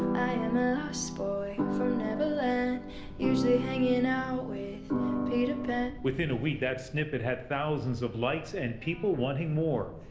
i am a lost boy from neverland usually hanging out with peter pan ian within a week that snippet had thousands of likes and people wanting more.